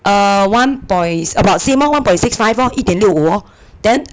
err one point it's about same orh one point six five orh 一点六五 orh then